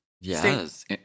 Yes